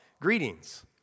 greetings